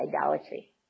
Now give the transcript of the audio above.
idolatry